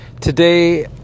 Today